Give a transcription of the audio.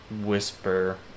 whisper